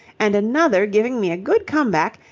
and another giving me a good come-back,